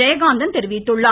ஜெயகாந்தன் தெரிவித்துள்ளார்